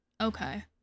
Okay